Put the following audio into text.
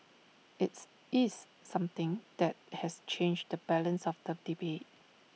IT is something that has changed the balance of the debate